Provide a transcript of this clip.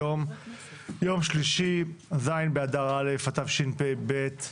היום יום שלישי ז' באדר א', תשפ"ב,